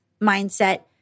mindset